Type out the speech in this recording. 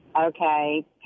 Okay